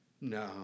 No